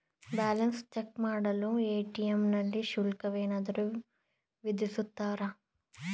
Balance check ಮಾಡಲು ATM ನಲ್ಲಿ ಶುಲ್ಕವೇನಾದರೂ ವಿಧಿಸುತ್ತಾರಾ?